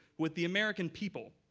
with the american people,